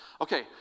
Okay